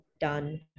done